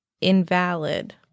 invalid